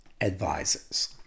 advisors